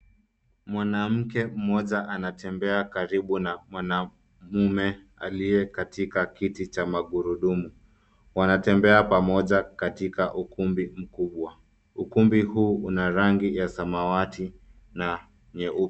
Mwanamke mmoja anatembea karibu na mwanamume aliye katika kiti cha magurudumu. Wanatembea pamoja katika ukumbi mkubwa. Ukumbi huu una rangi ya samawati na nyeupe.